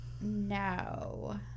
No